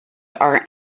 are